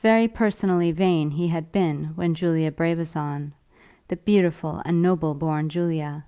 very personally vain he had been when julia brabazon the beautiful and noble-born julia